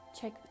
check